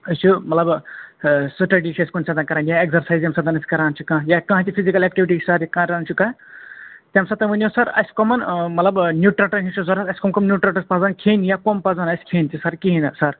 أسۍ چھِ مطلب سٹیڈی چھِ أسۍ کُنہِ ساتَن کَران یا ایگزَرسایز ییٚمہِ ساتَن أسۍ کَران چھِ یا کانٛہہ تہِ فِزِکَل ایکٹٕوِٹی یُس حظ یہِ کَران چھِ کانٛہہ تَمہِ ساتَن ؤنِو سَر اَسہِ کٕمَن مطلب نیوٗٹرٛٹَن ہِنٛز چھ ضروٗرت اَسہِ کٕم کٕم نیوٗٹرٛٹٕز پَزَن کھیٚنۍ یا کم پَزَن اَسہِ کھیٚنۍ تہِ سَر کِہیٖنۍ نہٕ سَر